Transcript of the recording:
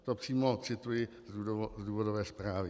To přímo cituji z důvodové zprávy.